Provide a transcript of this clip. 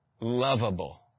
lovable